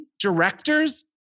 directors